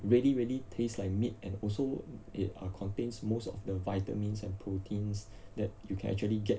really really taste like meat and also it uh contains most of the vitamins and proteins that you can actually get